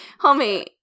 Homie